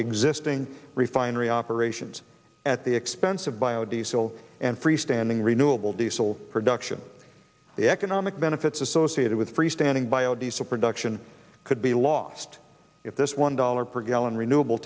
existing refinery operations at the expense of bio diesel and freestanding renewable diesel production the economic benefits associated with free standing biodiesel production could be lost if this one dollar per gallon renewable